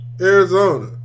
Arizona